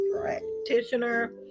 practitioner